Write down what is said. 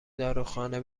داروخانه